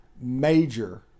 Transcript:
major